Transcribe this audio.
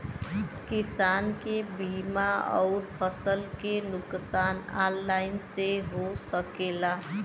किसान के बीमा अउर फसल के नुकसान ऑनलाइन से हो सकेला?